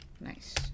Nice